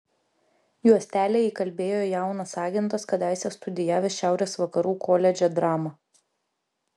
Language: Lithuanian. juostelę įkalbėjo jaunas agentas kadaise studijavęs šiaurės vakarų koledže dramą